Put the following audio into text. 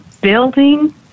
building